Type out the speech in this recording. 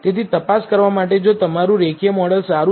તેથી તપાસ કરવા માટે જો તમારું રેખીય મોડેલ સારું છે